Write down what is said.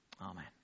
Amen